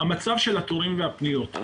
אני מציג דוגמאות לכמות הפניות שנמצאות